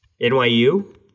NYU